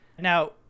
Now